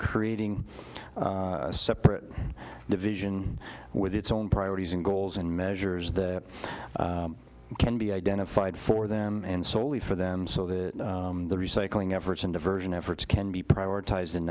creating a separate division with its own priorities and goals and measures that can be identified for them and solely for them so that the recycling efforts and diversion efforts can be prioritiz